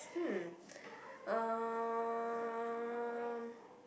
hmm um